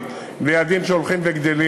ומספר יעדים שהולך וגדל.